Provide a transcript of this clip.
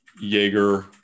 Jaeger